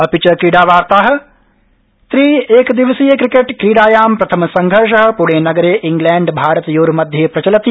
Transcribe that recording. अपि च अन्ते क्रीडावार्तायाम् त्रि एकदिवसीय क्रिकेट क्रीडायां प्रथमसंघर्ष प्णेनगरे इंग्लैण्डभारतयार्मध्ये प्रचलति